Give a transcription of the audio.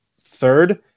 third